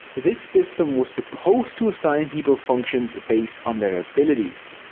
this system was supposed to assign people functions based on their abilities.